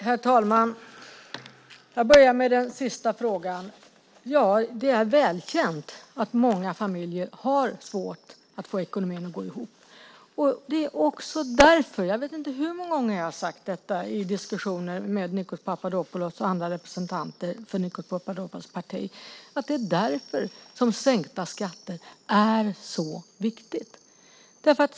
Herr talman! Jag börjar med den sista frågan. Ja, det är välkänt att många familjer har svårt att få ekonomin att gå ihop. Jag vet inte hur många gånger jag har sagt det i diskussioner med Nikos Papadopoulos och andra representanter för hans parti att det är därför som sänkta skatter är så viktigt.